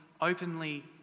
openly